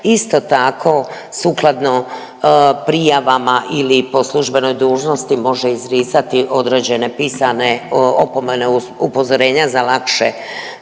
Isto tako sukladno prijavama ili po službenoj dužnosti može izbrisati određene pisane opomene uz upozorenja za lakše